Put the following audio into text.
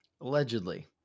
Allegedly